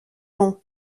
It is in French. long